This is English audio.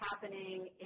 happening